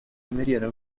cameriera